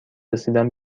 رسیدن